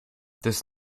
this